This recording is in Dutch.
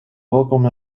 welkom